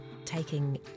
taking